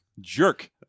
Jerk